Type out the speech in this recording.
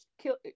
kill